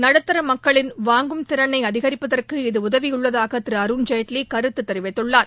நடுத்தர மக்களின் வாங்கும் திறனை அதிகிப்பதற்கு இது உதவியுள்ளதாக திரு அருண்ஜேட்வி கருத்து தெரிவித்துள்ளார்